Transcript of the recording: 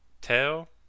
Tail